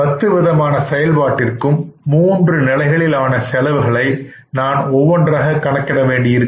பத்து விதமான செயல்பாட்டிற்கும் மூன்று நிலைகளில் ஆன செலவுகளை நான் ஒவ்வொன்றாக கணக்கிட வேண்டியுள்ளது